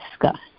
discuss